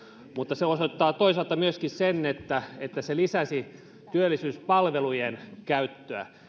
mutta se osoittaa toisaalta myöskin sen että että aktiivimalli lisäsi työllisyyspalvelujen käyttöä